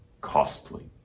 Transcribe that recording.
costly